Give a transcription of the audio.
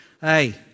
Hey